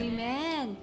Amen